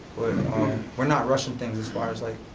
we're not rushing things, as far as like,